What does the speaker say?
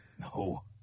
no